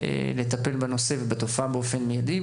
לטפל בנושא ובתופעה באופן מיידי.